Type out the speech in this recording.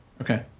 okay